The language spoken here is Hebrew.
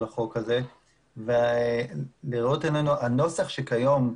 החוק הזה ולדעתנו הנוסח שקיים כיום,